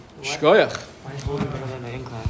Shkoyach